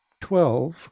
twelve